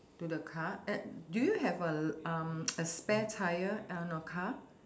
to the car at do you have a um a spare tyre on your car